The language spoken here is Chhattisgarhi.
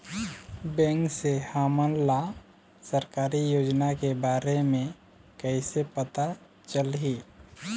बैंक से हमन ला सरकारी योजना के बारे मे कैसे पता चलही?